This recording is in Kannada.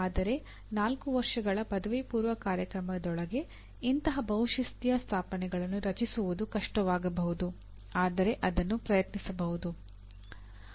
ಆದರೆ 4 ವರ್ಷಗಳ ಪದವಿಪೂರ್ವ ಕಾರ್ಯಕ್ರಮದೊಳಗೆ ಇಂತಹ ಬಹುಶಿಸ್ತೀಯ ಸ್ಥಾಪನೆಗಳನ್ನು ರಚಿಸುವುದು ಕಷ್ಟವಾಗಬಹುದು ಆದರೆ ಅದನ್ನು ಪ್ರಯತ್ನಿಸಬಹುದು